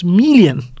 million